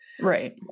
Right